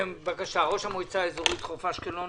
בבקשה, ראש המועצה האזורית חוף אשקלון